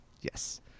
Yes